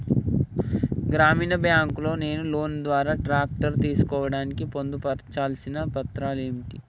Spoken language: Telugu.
గ్రామీణ బ్యాంక్ లో నేను లోన్ ద్వారా ట్రాక్టర్ తీసుకోవడానికి పొందు పర్చాల్సిన పత్రాలు ఏంటివి?